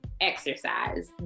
exercise